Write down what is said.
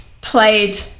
played